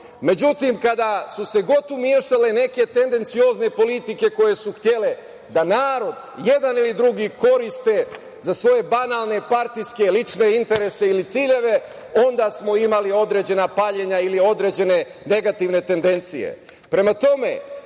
Međutim, kad god su se umešale neke tendenciozne politike koje su htele da narod jedan ili drugi koriste za svoje banalne partijske lične interese ili ciljeve. Onda smo imali određena paljenja ili određene negativne tendencije. Prema